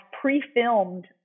pre-filmed